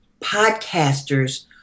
podcasters